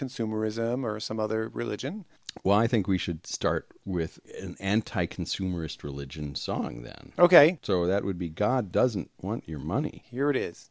consumerism or some other religion well i think we should start with an anti consumerist religion song then ok so that would be god doesn't want your money here it is